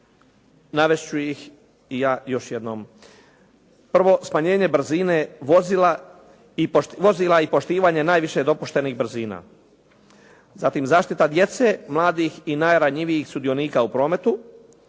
navesti ću ih i ja još jednom. Prvo smanjenje brzine vozila i poštivanje najviše dopuštenih brzina, zatim zaštita djece, mladih i najranjivijih sudionika u prometu,